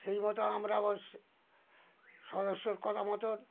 সেইমতো আমরা ওই সদস্যর কথা মতো